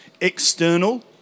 external